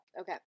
okay